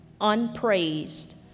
unpraised